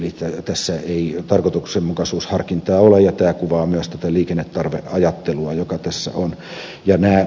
eli tässä ei tarkoituksenmukaisuusharkintaa ole ja tämä kuvaa myös tätä liikennetarve ajattelua joka tässä on